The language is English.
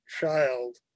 child